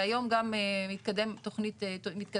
והיום גם מתקדמת תכנית מפורטת,